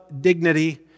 dignity